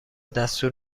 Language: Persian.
دستور